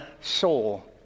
soul